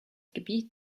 gebiet